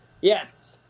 Yes